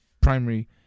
primary